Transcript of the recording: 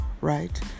right